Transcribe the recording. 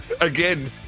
again